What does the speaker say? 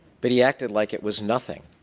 but he acted like it was nothing.